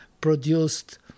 produced